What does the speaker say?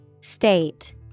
State